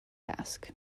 ask